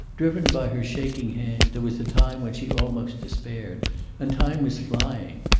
driven by her shaking hand, there was a time when she almost despaired and time was flying.